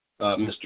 Mr